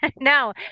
No